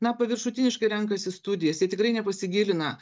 na paviršutiniškai renkasi studijas jie tikrai nepasigilina